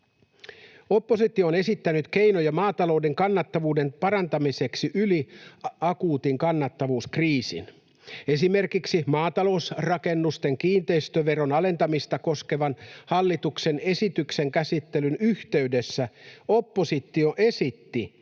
Oppositio on esittänyt keinoja maatalouden kannattavuuden parantamiseksi yli akuutin kannattavuuskriisin. Esimerkiksi maatalousrakennusten kiinteistöveron alentamista koskevan hallituksen esityksen käsittelyn yhteydessä oppositio esitti,